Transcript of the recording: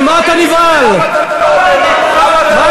ומה אתם מפחדים, למען השם, ומה